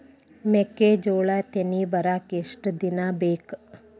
ಮೆಕ್ಕೆಜೋಳಾ ತೆನಿ ಬರಾಕ್ ಎಷ್ಟ ದಿನ ಬೇಕ್?